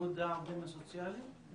איגוד העובדים הסוציאליים.